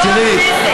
תראי,